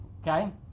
Okay